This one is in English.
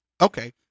okay